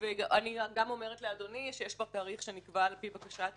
אני גם אומרת לאדוני שיש כבר תאריך שנקבע על פי בקשת